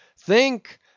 Think